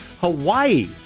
Hawaii